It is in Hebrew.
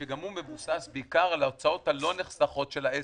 שגם הוא מבוסס בעיקר על הוצאות הלא נחסכות של העסק.